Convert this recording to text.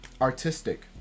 Artistic